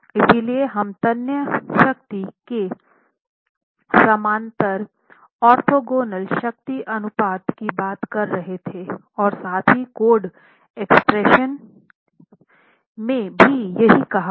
इसलिए हम तन्य शक्ति के समानांतर ऑर्थोगोनल शक्ति अनुपात की बात कर रहे थे और साथ ही कोड एक्सप्रेशन में भी यही कहा गया है